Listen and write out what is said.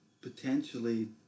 potentially